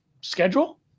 Schedule